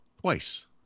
twice